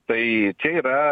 tai čia yra